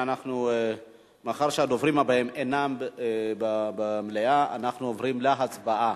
מאחר שהדוברים אינם במליאה, אנחנו עוברים להצבעה.